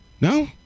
No